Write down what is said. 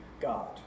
God